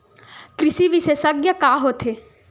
कृषि विशेषज्ञ का होथे?